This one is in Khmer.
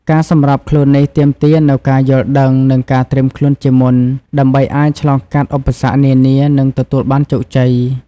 ការសម្របខ្លួននេះទាមទារនូវការយល់ដឹង និងការត្រៀមខ្លួនជាមុន ដើម្បីអាចឆ្លងកាត់ឧបសគ្គនានា និងទទួលបានភាពជោគជ័យ។